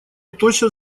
тотчас